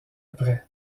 après